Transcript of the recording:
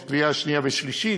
יש קריאה שנייה ושלישית,